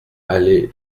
allée